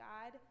God